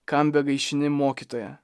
kam begaišini mokytoją